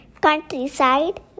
countryside